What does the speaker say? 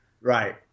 Right